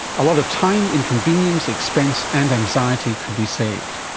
a lot of time, inconvenience, expense and anxiety could be saved.